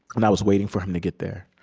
and i was waiting for him to get there